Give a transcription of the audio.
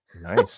Nice